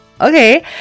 Okay